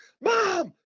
mom